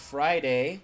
Friday